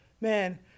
man